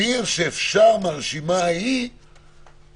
להגדיר שאפשר מתוך הרשימה ההיא להחליט,